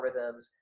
algorithms